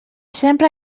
sempre